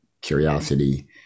curiosity